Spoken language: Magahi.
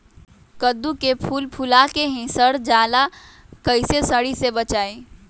कददु के फूल फुला के ही सर जाला कइसे सरी से बचाई?